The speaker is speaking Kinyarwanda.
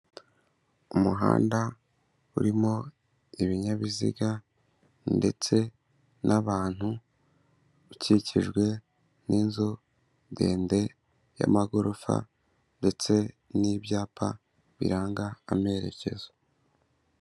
Umuhanda urimo ibinyabiziga ndetse n'abantu, ukikijwe n'inzu ndende y'amagorofa ndetse n'ibyapa biranga amerekezo.